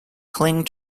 cling